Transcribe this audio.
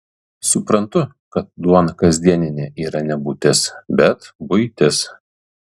suprantu kad duona kasdieninė yra ne būtis bet buitis